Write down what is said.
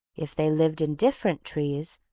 if they lived in different trees,